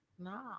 No